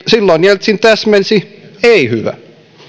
silloin jeltsin täsmensi ei hyvä